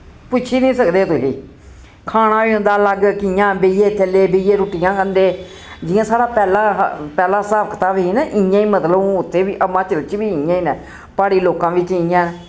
पुच्छी निं सकदे तुसी खाना वी उंदा अलग कियां बेहियै थल्ले बेहियै रुट्टियां खंदे जियां साढ़ा पैह्ला हा पैह्ला हिसाब कताब ही ना इ'यां ही मतलब हून उत्थे वी हमाचल च वी इ'यां ही न प्हाड़ी लोकां बिच्च इ'यां